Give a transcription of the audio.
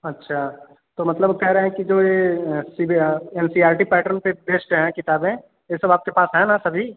अच्छा तो मतलब कहे रहे हैं कि जो ये C B N C R T pattern पर बेस्ड हैं किताबें ये सब आपके पास हैं ना सभी